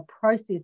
process